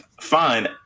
fine